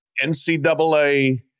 NCAA